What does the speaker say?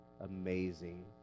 amazing